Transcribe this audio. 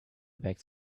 bags